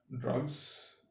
drugs